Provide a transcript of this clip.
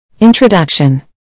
Introduction